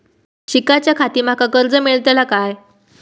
शिकाच्याखाती माका कर्ज मेलतळा काय?